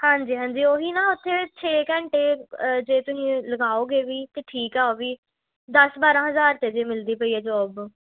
ਹਾਂਜੀ ਹਾਂਜੀ ਉਹੀ ਨਾ ਉੱਥੇ ਛੇ ਘੰਟੇ ਜੇ ਤੁਸੀਂ ਲਗਾਓਗੇ ਵੀ ਤਾਂ ਠੀਕ ਆ ਉਹ ਵੀ ਦਸ ਬਾਰਾਂ ਹਜ਼ਾਰ 'ਚ ਜੇ ਮਿਲਦੀ ਪਈ ਹੈ ਜੋਬ